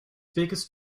biggest